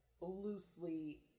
loosely